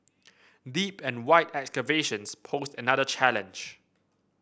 deep and wide excavations posed another challenge